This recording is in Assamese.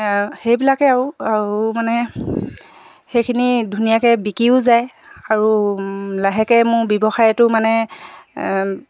সেইবিলাকে আৰু আৰু মানে সেইখিনি ধুনীয়াকৈ বিকিও যায় আৰু লাহেকৈ মোৰ ব্যৱসায়টো মানে